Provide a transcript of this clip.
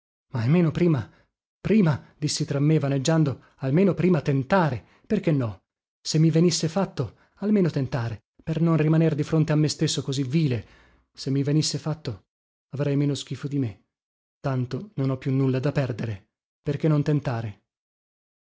ma almeno prima prima dissi tra me vaneggiando almeno prima tentare perché no se mi venisse fatto almeno tentare per non rimaner di fronte a me stesso così vile se mi venisse fatto avrei meno schifo di me tanto non ho più nulla da perdere perché non tentare